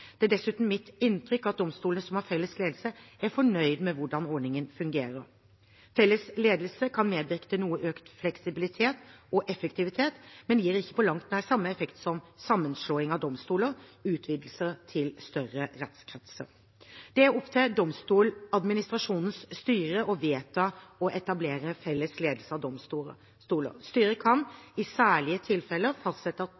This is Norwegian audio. Det er dessuten mitt inntrykk at domstolene som har felles ledelse, er fornøyd med hvordan ordningen fungerer. Felles ledelse kan medvirke til noe økt fleksibilitet og effektivitet, men gir ikke på langt nær samme effekt som sammenslåing av domstoler – utvidelse til større rettskretser. Det er opp til Domstoladministrasjonens styre å vedta og etablere felles ledelse av domstoler. Styret kan i særlige tilfeller fastsette